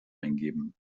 eingeben